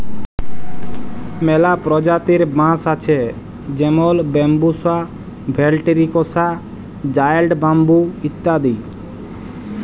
ম্যালা পরজাতির বাঁশ আছে যেমল ব্যাম্বুসা ভেলটিরিকসা, জায়েল্ট ব্যাম্বু ইত্যাদি